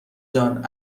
جان